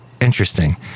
Interesting